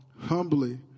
Humbly